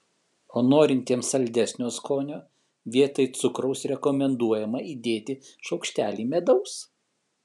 o norintiems saldesnio skonio vietoj cukraus rekomenduojama įdėti šaukštelį medaus